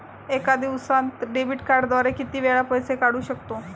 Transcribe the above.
एका दिवसांत डेबिट कार्डद्वारे किती वेळा पैसे काढू शकतो?